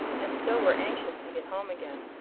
and so we're anxious to get home again.